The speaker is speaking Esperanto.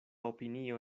opinio